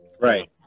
Right